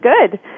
Good